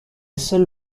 seule